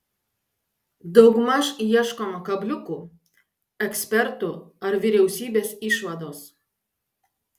daugmaž ieškoma kabliukų ekspertų ar vyriausybės išvados